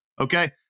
okay